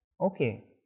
okay